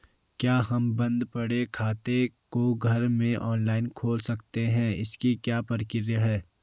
क्या हम बन्द पड़े खाते को घर में ऑनलाइन खोल सकते हैं इसकी क्या प्रक्रिया है?